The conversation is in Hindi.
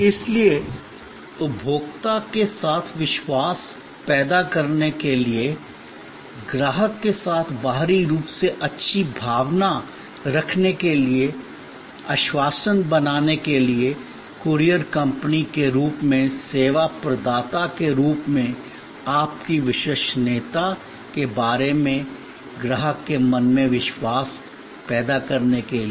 इसलिए उपभोक्ता के साथ विश्वास पैदा करने के लिए ग्राहक के साथ बाहरी रूप से अच्छी भावना पैदा करने के लिए आश्वासन बनाने के लिए कूरियर कंपनी के रूप में सेवा प्रदाता के रूप में आपकी विश्वसनीयता के बारे में ग्राहक के मन में विश्वास पैदा करने के लिए